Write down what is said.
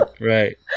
Right